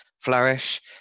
flourish